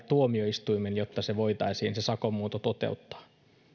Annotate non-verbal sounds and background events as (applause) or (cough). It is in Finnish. (unintelligible) tuomioistuimeen jotta voitaisiin sakon muunto toteuttaa